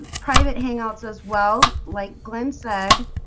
private hangouts as well like glen said